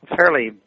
fairly